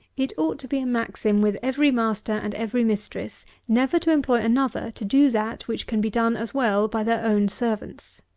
it ought to be a maxim with every master and every mistress, never to employ another to do that which can be done as well by their own servants.